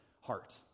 heart